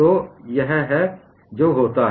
तो यह है जो होता है